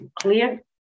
Clear